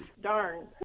Darn